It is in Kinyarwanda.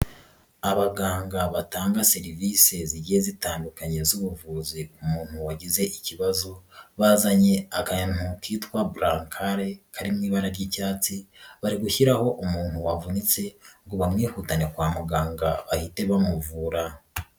Abaganga batanga serivisi zigiye zitandukanye z'ubuvuzi ku muntu wagize ikibazo, bazanye akantu kitwa bulankare kari mu ibara ry'icyatsi bari gushyiraho umuntu wavunitse ngo bamwihutane kwa muganga bahite bamuvura.